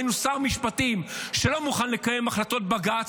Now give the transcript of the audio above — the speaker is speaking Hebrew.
ראינו שר משפטים שלא מוכן לקיים החלטות בג"ץ